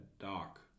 dock